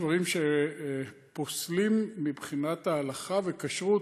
דברים שפוסלים מבחינת ההלכה והכשרות.